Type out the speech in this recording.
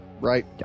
right